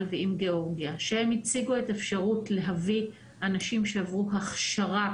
ועם גאורגיה הציגו את אפשרות להביא אנשים שעברו הכשרה